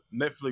Netflix